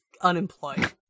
unemployed